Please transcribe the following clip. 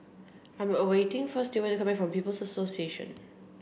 I'm a waiting for Stewart to come back from People's Association